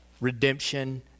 redemption